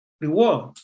reward